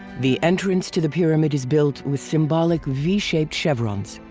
the entrance to the pyramid is built with symbolic v-shaped chevrons.